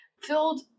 filled